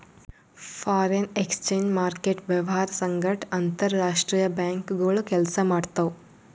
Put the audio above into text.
foreign exchange market ವ್ಯವಹಾರ್ ಸಂಗಟ್ ಅಂತರ್ ರಾಷ್ತ್ರೀಯ ಬ್ಯಾಂಕ್ಗೋಳು ಕೆಲ್ಸ ಮಾಡ್ತಾವ್